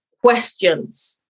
questions